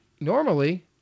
Normally